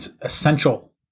essential